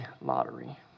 lottery